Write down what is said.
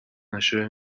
نشه